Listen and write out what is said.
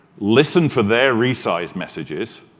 listen for their resize messages,